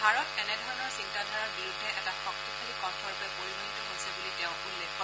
ভাৰত এনেধৰণৰ চিন্তাধাৰাৰ বিৰুদ্ধে এটা শক্তিশালী কণ্ঠৰূপে পৰিগণিত হৈছে বুলি তেওঁ উল্লেখ কৰে